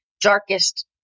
darkest